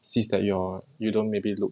sees that you're you don't maybe look